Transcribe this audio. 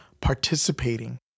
participating